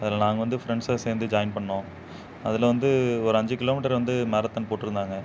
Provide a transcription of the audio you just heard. அதில் நாங்கள் வந்து ஃப்ரெண்ட்ஸாக சேர்ந்து ஜாயின் பண்ணிணோம் அதில் வந்து ஒரு அஞ்சு கிலோ மீட்டர் வந்து மேரத்தான் போட்டிருந்தாங்க